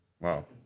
Wow